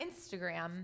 Instagram